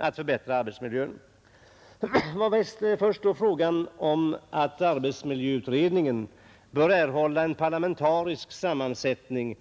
Vad beträffar frågan om att arbetsmiljöutredningen bör erhålla en parlamentarisk sammansättning